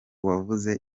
wavuze